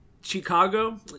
Chicago